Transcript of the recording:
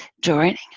joining